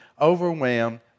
overwhelmed